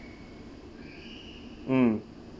mm